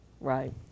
Right